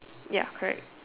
ya correct